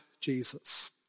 Jesus